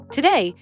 Today